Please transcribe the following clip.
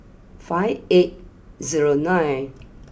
five eight zero nine